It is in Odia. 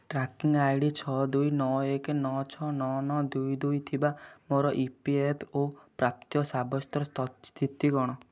ଟ୍ରାକିଂ ଆଇ ଡ଼ି ଛଅ ଦୁଇ ନଅ ଏକ ନଅ ଛଅ ନଅ ନଅ ଦୁଇ ଦୁଇ ଥିବା ମୋର ଇ ପି ଏଫ୍ ଓ ପ୍ରାପ୍ୟ ସାବ୍ୟସ୍ତର ସ୍ଥିତି କ'ଣ